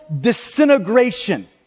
disintegration